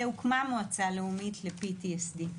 והוקמה מועצה לאומית ל-PTSD.